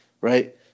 right